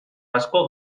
asko